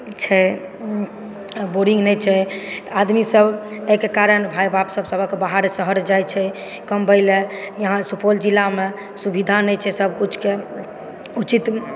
छै बोरिंग नहि छै तऽ आदमी सब एहिके कारण भाई बाप सबके बाहर शहर जाइ छै कमबै लए इहाॅं सुपौल जिलामे सुविधा नहि छै सबकिछुके उचित